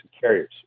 carriers